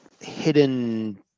hidden